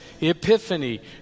epiphany